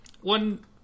One